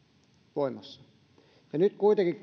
voimassa nyt kuitenkin